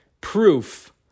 proof